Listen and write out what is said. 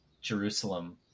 Jerusalem